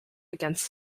against